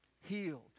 healed